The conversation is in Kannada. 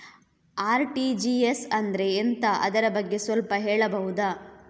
ಆರ್.ಟಿ.ಜಿ.ಎಸ್ ಅಂದ್ರೆ ಎಂತ ಅದರ ಬಗ್ಗೆ ಸ್ವಲ್ಪ ಹೇಳಬಹುದ?